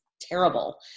terrible